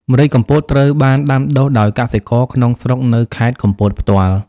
ម្រេចកំពតត្រូវបានដាំដុះដោយកសិករក្នុងស្រុកនៅខេត្តកំពតផ្ទាល់។